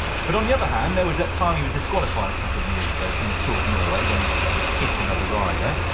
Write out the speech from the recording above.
but on the other hand, there was that time he was disqualified a couple of years ago from the tour of norway when he hit another rider.